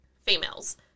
females